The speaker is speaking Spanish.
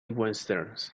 westerns